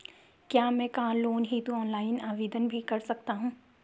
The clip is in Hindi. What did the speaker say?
क्या मैं कार लोन हेतु ऑनलाइन आवेदन भी कर सकता हूँ?